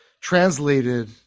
Translated